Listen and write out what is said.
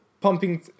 pumping